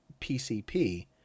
PCP